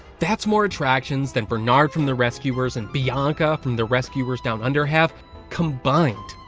that's more attractions than bernard from the rescuers, and bianca from the rescuers down under have combined,